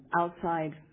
outside